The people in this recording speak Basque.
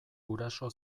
guraso